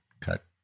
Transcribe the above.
cut